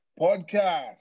Podcast